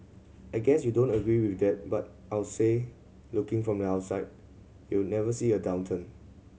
I guess you don't agree with that but I'll say looking from the outside you never see a downturn